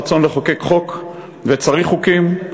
רצון לחוקק חוק, וצריך חוקים,